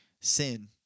Sin